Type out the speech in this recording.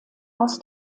aus